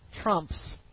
trumps